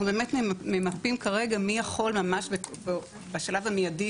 אנחנו ממפים מי יכול בשלב המיידי,